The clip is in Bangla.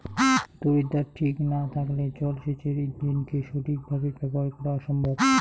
তড়িৎদ্বার ঠিক না থাকলে জল সেচের ইণ্জিনকে সঠিক ভাবে ব্যবহার করা অসম্ভব